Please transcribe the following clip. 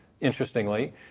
interestingly